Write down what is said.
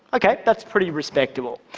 okay, that's pretty respectable.